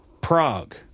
Prague